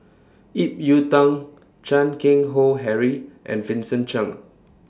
Ip Yiu Tung Chan Keng Howe Harry and Vincent Cheng